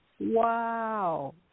Wow